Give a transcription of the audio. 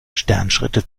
sternschritte